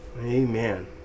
Amen